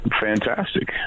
fantastic